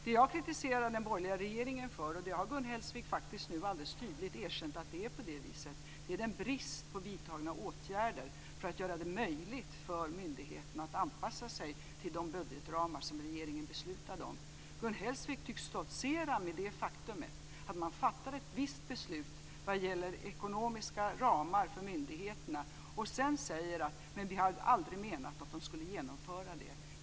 Det jag kritiserar den borgerliga regeringen för, och Gun Hellsvik har faktiskt nu alldeles tydligt erkänt att det är på det viset, är bristen på vidtagna åtgärder för att göra det möjligt för myndigheterna att anpassa sig till de budgetramar som regeringen beslutade om. Gun Hellsvik tycks stoltsera med det faktumet att man fattar ett visst beslut vad gäller ekonomiska ramar för myndigheterna, och sedan säger att de aldrig menat att de skulle genomföra det.